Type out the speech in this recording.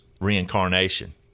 reincarnation